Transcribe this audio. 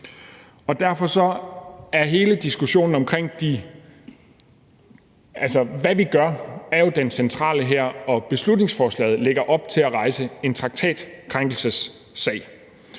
Derfor er hele diskussionen omkring, hvad vi gør, jo den centrale her. Beslutningsforslaget lægger op til at rejse en traktatkrænkelsessag,